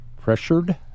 pressured –